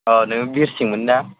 नोङो बिरसिंमोनना